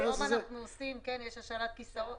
יש השאלת כיסאות.